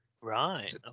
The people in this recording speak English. Right